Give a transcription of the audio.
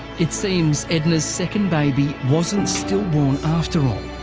it seems edna's second baby wasn't stillborn after all.